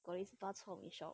there is bak chor mee shop